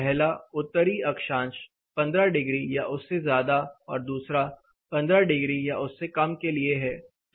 पहला उत्तरी अक्षांश 15 डिग्री या उससे ज्यादा और दूसरा 15 डिग्री या उससे कम के लिए है